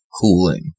cooling